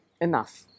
Enough